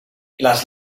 las